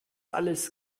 alles